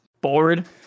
bored